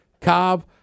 Cobb